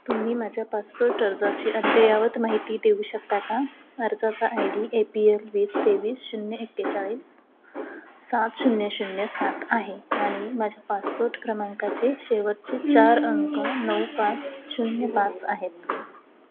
तुम्ही माझ्या पासपोर्ट अर्जाची अद्ययावत माहिती देऊ शकता का अर्जाचा I D A P L वीस तेवीस शून्य एक्केचाळीस सात शून्य शून्य सात आहे आणि माझ्या पासपोर्ट क्रमांकाचे शेवटचे चार अंक नऊ पाच शून्य पाच आहेत